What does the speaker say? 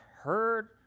heard